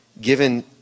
given